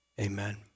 Amen